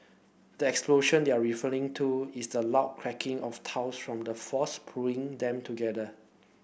the explosion they're referring to is the loud cracking of tiles from the force pulling them together